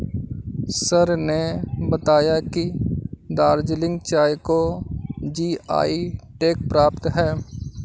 sir ने बताया कि दार्जिलिंग चाय को जी.आई टैग प्राप्त है